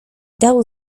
dał